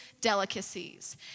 delicacies